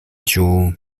joule